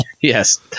yes